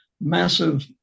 massive